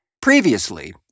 previously